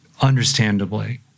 understandably